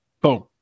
boom